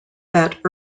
that